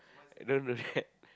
don't do that